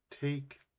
take